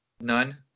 None